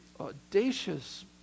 audacious